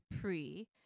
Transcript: pre